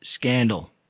scandal